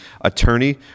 attorney